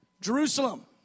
Jerusalem